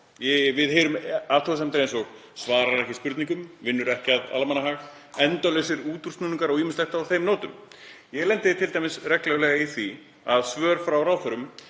Við heyrum athugasemdir eins og: Svarar ekki spurningum, vinnur ekki að almannahag, endalausir útúrsnúningar og ýmislegt á þeim nótum. Ég lendi t.d. reglulega í því að svör frá ráðherrum,